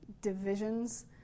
divisions